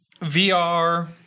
VR